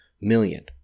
million